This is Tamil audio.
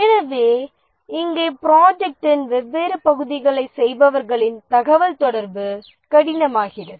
எனவே இங்கே ப்ராஜெக்ட்ன் வெவ்வேறு பகுதிகளைச் செய்பவர்களின் தகவல் தொடர்பு கடினமாகிறது